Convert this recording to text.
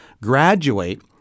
graduate